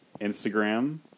Instagram